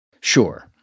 Sure